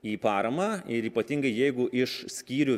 į paramą ir ypatingai jeigu iš skyrių